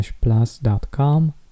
plus.com